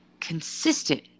consistent